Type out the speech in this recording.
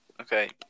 Okay